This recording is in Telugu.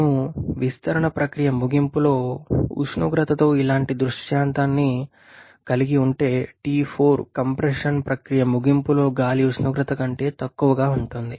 మేము విస్తరణ ప్రక్రియ ముగింపులో ఉష్ణోగ్రతతో ఇలాంటి దృష్టాంతాన్ని కలిగి ఉంటే T4 కంప్రెషన్ ప్రక్రియ ముగింపులో గాలి ఉష్ణోగ్రత కంటే తక్కువగా ఉంటుంది